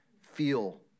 feel